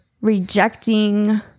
rejecting